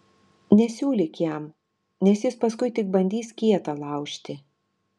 nesiūlyk jam nes jis paskui tik bandys kietą laužti